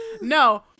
No